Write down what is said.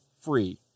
free